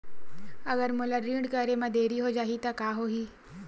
अगर मोला ऋण करे म देरी हो जाहि त का होही?